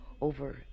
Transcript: over